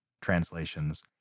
translations